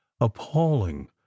appalling